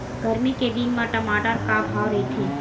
गरमी के दिन म टमाटर का भाव रहिथे?